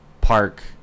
park